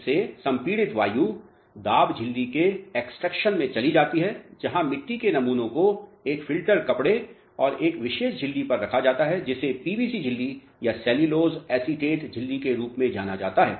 इससे संपीड़ित वायु दाब झिल्ली के एक्सट्रैक्टर में चली जाती है जहाँ मिट्टी के नमूनों को एक फिल्टर कपड़े और एक विशेष झिल्ली पर रखा जाता है जिसे पीवीसी झिल्ली या सेलूलोज़ एसीटेट झिल्ली के रूप में जाना जाता है